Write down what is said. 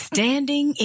Standing